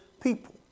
people